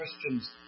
Christians